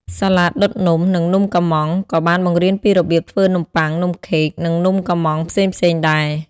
សាលាដុតនំ និងនំកម្មង់ ក៏បានបង្រៀនពីរបៀបធ្វើនំបុ័ង នំខេក និងនំកុម្មង់ផ្សេងៗដែរ។